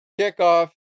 kickoff